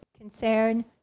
concern